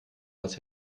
was